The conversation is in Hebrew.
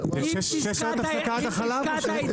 יש לנו שלושה מצבי עולם,